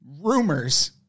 rumors